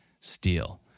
steal